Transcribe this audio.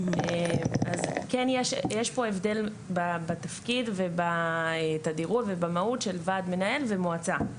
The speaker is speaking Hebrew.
יש פה הבדל בתפקיד ובתדירות ובמהות של ועד מנהל ומועצה.